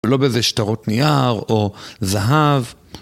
לא באיזה שטרות נייר או זהב